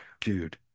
dude